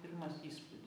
pirmas įspūdis